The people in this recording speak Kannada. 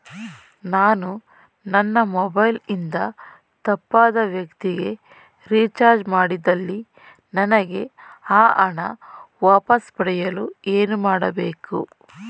ನಾನು ನನ್ನ ಮೊಬೈಲ್ ಇಂದ ತಪ್ಪಾದ ವ್ಯಕ್ತಿಗೆ ರಿಚಾರ್ಜ್ ಮಾಡಿದಲ್ಲಿ ನನಗೆ ಆ ಹಣ ವಾಪಸ್ ಪಡೆಯಲು ಏನು ಮಾಡಬೇಕು?